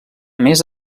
més